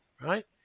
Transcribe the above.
right